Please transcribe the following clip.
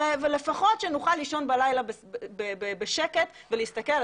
ולפחות שנוכל לישון בלילה בשקט ולהסתכל על